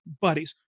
buddies